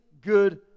good